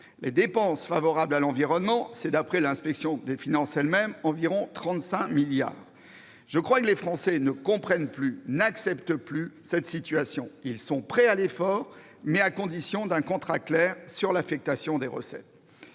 Les dépenses favorables à l'environnement, c'est, selon l'Inspection générale des finances, environ 35 milliards d'euros. Je crois que les Français ne comprennent plus et n'acceptent plus une telle situation. Ils sont prêts à l'effort, mais à la condition d'un contrat clair sur l'affectation des recettes.